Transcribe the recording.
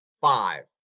Five